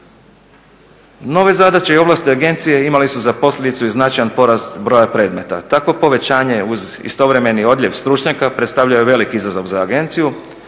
Nove zadaće i ovlasti agencije imali su za posljedicu i značajan porast broja predmeta. Takvo povećanje uz istovremeni odljev stručnjaka predstavljaju veliki izazov za agenciju.